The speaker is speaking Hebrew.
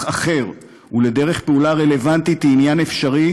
אחר ולדרך פעולה רלוונטית הם עניין אפשרי,